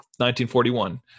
1941